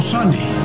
Sunday